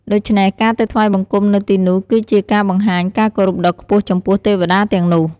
ដូច្នេះការទៅថ្វាយបង្គំនៅទីនោះគឺជាការបង្ហាញការគោរពដ៏ខ្ពស់ចំពោះទេវតាទាំងនោះ។